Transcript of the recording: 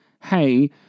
hey